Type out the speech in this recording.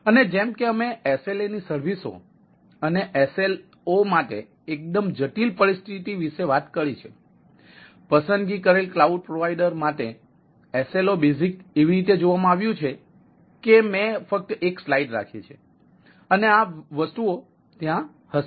અને જેમ કે અમે SLA ની સર્વિસઓ અને SLO માટે એકદમ જટિલ પરિસ્થિતિ વિશે વાત કરી છે પસંદગી કરેલ ક્લાઉડ પ્રોવાઇડર માટે SLO બેઝિક એવી રીતે જોવામાં આવ્યું છે કે મેં ફક્ત એક સ્લાઇડ રાખી છે અને આ વસ્તુઓ ત્યાં હશે